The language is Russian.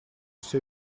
все